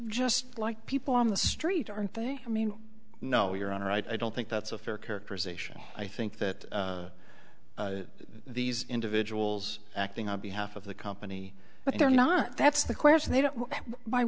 just like people on the street aren't they i mean no your honor i don't think that's a fair characterization i think that these individuals acting on behalf of the company but they're not that's the question they don't